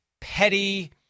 petty